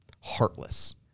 heartless